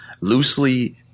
loosely